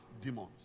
demons